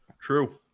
True